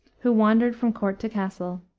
who wandered from court to castle.